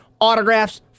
autographs